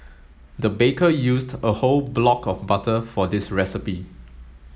the baker used a whole block of butter for this recipe